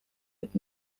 with